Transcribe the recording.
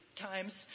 times